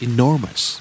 Enormous